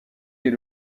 est